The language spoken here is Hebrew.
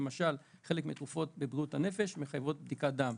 למשל חלק מהתרופות בבריאות הנפש מחייבות בדיקת דם,